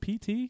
PT